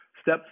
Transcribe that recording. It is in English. step